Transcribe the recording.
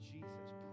Jesus